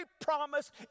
promise